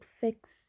fix